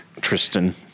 Tristan